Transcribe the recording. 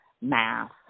math